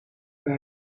bij